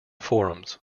forums